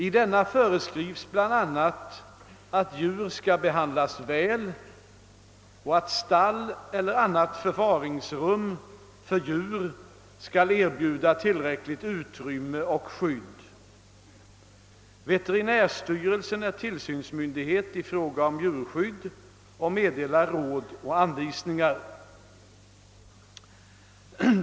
I denna föreskrivs bl.a. att djur skall behandlas väl och att stall eller annat förvaringsrum för djur skall erbjuda tillräckligt utrymme och skydd. Veterinärstyrelsen är tillsynsmyndighet i fråga om djurskydd och meddelar råd och anvisningar.